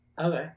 Okay